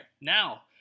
Now